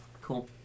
Cool